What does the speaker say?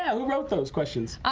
who wrote those questions.